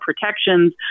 protections